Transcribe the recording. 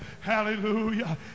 hallelujah